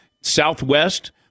southwest